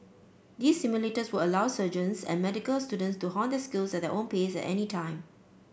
these simulators would allow surgeons and medical student to hone their skills at their own pace at any time